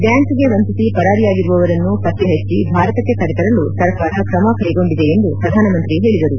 ಬ್ಯಾಂಕ್ಗೆ ವಂಚಿಸಿ ಪರಾರಿಯಾಗಿರುವವರನ್ನು ಪತ್ತೆ ಹಚ್ಚಿ ಭಾರತಕ್ಕೆ ಕರೆತರಲು ಸರ್ಕಾರ ಕ್ರಮಕೈಗೊಂಡಿದೆ ಎಂದು ಪ್ರಧಾನಮಂತ್ರಿ ಹೇಳಿದರು